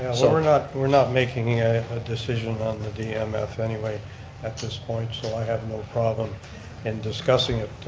ah so. we're not we're not making a ah decision um on the um dmf anyway at this point so i have no problem in discussing it.